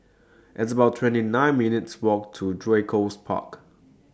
It's about twenty nine minutes' Walk to Draycott Park